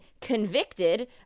convicted